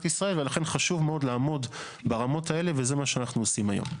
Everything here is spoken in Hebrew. ישראל ולכן חשוב מאוד לעמוד ברמות האלה וזה מה שאנחנו עושים היום.